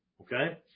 Okay